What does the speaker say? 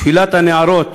תפילת הנערות